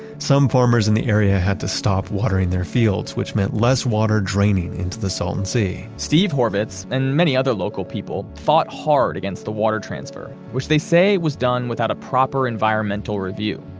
some farmers in the area had to stop watering their fields, which meant less water draining into the salton sea steve horvitz, and many other local people, fought hard against the water transfer, which they say was done without a proper environmental review.